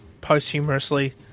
posthumously